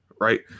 right